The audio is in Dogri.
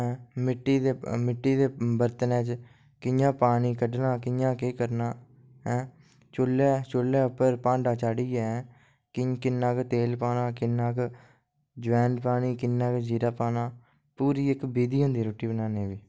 मिट्टी दे बर्तन च कि'यां पानी कड्ढना कि'यां केह् करना ऐ चुले उप्पर भांडा चाढ़ियै किन्ना इक तेल पाना किन्ना इक अजमेन पानी किन्ना इक जीरा पाना पूरी इक बिधी होंदी रुट्टी बनाने दी